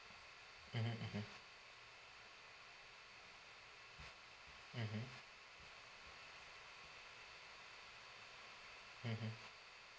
mmhmm mmhmm mmhmm mmhmm